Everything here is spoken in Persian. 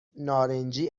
نارنجی